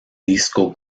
disco